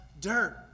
dirt